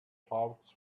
hawks